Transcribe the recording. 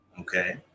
Okay